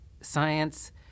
science